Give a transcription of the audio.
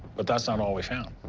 but that's not all we found.